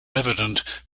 evident